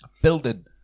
Building